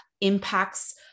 impacts